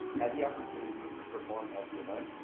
had the opportunity to perform at the event.